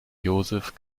josef